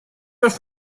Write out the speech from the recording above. his